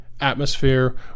atmosphere